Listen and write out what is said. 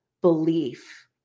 belief